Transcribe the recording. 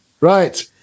Right